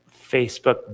Facebook